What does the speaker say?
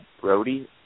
Brody